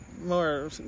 More